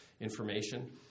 information